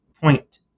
point